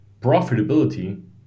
profitability